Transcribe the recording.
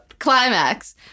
Climax